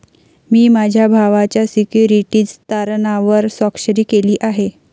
मी माझ्या भावाच्या सिक्युरिटीज तारणावर स्वाक्षरी केली आहे